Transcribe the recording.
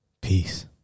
Peace